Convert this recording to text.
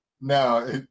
No